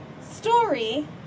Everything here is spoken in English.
story